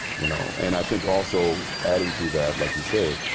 you know. and i think also, adding to that, like you say,